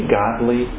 godly